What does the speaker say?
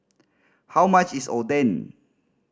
how much is Oden